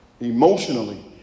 emotionally